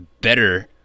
better